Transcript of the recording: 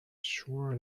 shore